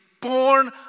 born